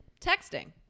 texting